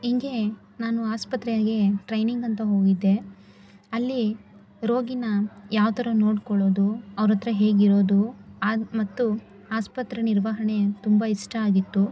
ಹಿಂಗೇ ನಾನು ಆಸ್ಪತ್ರೆಗೆ ಟ್ರೈನಿಂಗ್ ಅಂತ ಹೋಗಿದ್ದೆ ಅಲ್ಲಿ ರೋಗಿನ ಯಾವ ಥರ ನೋಡಿಕೊಳ್ಳೋದು ಅವ್ರ ಹತ್ತಿರ ಹೇಗೆ ಇರೋದು ಅದು ಮತ್ತು ಆಸ್ಪತ್ರೆ ನಿರ್ವಹಣೆ ತುಂಬ ಇಷ್ಟ ಆಗಿತ್ತು